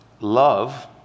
love